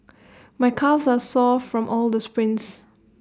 my calves are sore from all the sprints